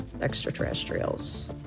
extraterrestrials